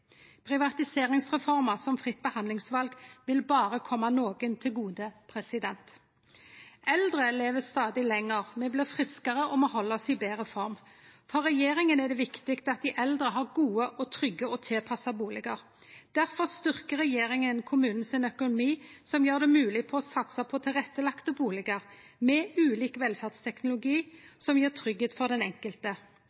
som fritt behandlingsval vil kome berre nokre til gode. Eldre lever stadig lenger. Me blir friskare, og me held oss i betre form. For regjeringa er det viktig at dei eldre har gode, trygge og tilpassa bustader. Difor styrkjer regjeringa kommuneøkonomien og gjer det mogleg å satse på tilrettelagde bustader med ulik velferdsteknologi